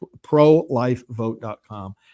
ProLifeVote.com